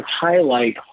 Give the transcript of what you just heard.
highlight